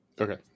Okay